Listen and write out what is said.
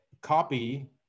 copy